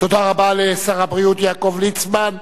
תודה רבה לשר הבריאות יעקב ליצמן.